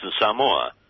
samoa